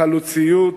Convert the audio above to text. חלוציות,